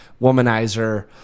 womanizer